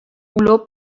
olor